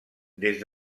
des